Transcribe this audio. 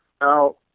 Now